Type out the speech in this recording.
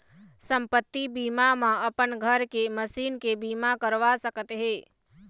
संपत्ति बीमा म अपन घर के, मसीन के बीमा करवा सकत हे